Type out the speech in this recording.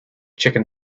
chicken